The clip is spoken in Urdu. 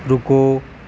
رکو